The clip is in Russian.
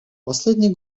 последний